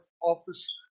Office